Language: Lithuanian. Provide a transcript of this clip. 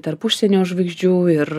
tarp užsienio žvaigždžių ir